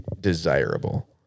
desirable